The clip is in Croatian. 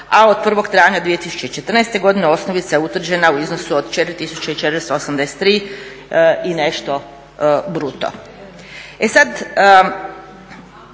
a od 1. travnja 2014. godine osnovica je utvrđena u iznosu od 4 tisuće i 483 i nešto bruto. E sada,